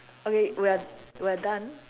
okay we are we are done